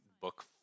book